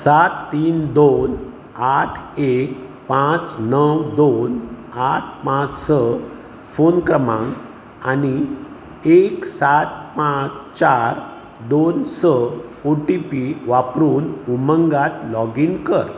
सात तीन दोन आठ एक पाच णव दोन आठ पाच स फोन क्रमांक आनी एक सात पाच चार दोन स ओ टी पी वापरून उमंगात लॉगीन कर